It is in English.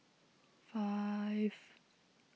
five